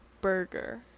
burger